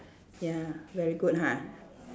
ya very good ha